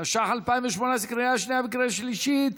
התשע"ח 2018, עברה בקריאה שלישית,